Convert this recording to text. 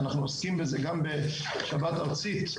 אנחנו עוסקים בזה גם בשבת ארצית,